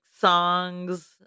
songs